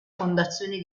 fondazione